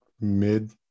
mid